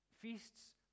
feasts